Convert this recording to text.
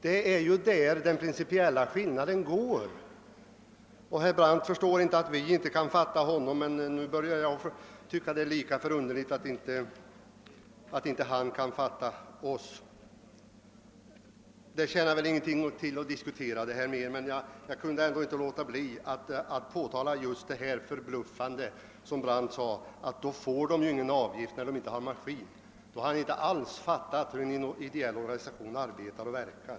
Det är där vi har den principiella skillnaden! Herr Brandt kan inte fatta varför vi inte förstår honom, men nu börjar jag tycka att det är lika underligt att inte han förstår oss. Det torde inte tjäna någonting till att diskutera dessa frågor mera. Jag kunde bara inte låta bli att säga något om herr Brandts förbluffande påstående att när man inte har någon maskin, så får man ingen avgift. Då har herr Brandt inte alls fattat hur en ideell organisation verkar och arbetar.